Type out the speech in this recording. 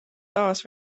taas